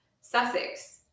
Sussex